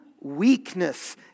weakness